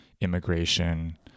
immigration